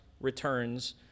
returns